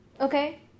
Okay